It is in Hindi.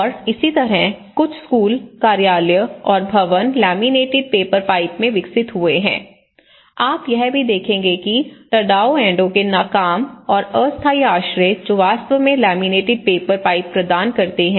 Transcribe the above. और इसी तरह कुछ स्कूल कार्यालय और भवन लैमिनेटेड पेपर पाइप में विकसित हुए हैं आप यह भी देखेंगे कि टाडाओ एंडो के काम और अस्थायी आश्रय जो वास्तव में लैमिनेटेड पेपर पाइप प्रदान करते हैं